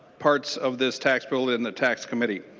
parts of this tax bill in the tax committee.